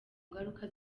ngaruka